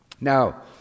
Now